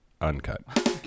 uncut